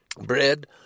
bread